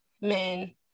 men